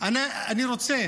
אני רוצה